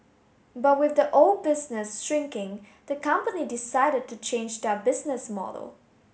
but with the old business shrinking the company decided to change their business model